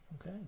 Okay